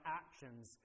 actions